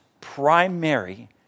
primary